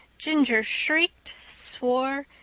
ginger shrieked, swore,